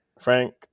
Frank